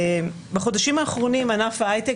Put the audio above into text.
בחודשים האחרונים ענף ההייטק,